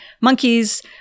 monkeys